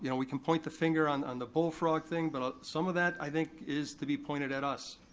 you know we can point the finger on on the bullfrog thing, but some of that i think is to be pointed at us.